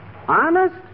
Honest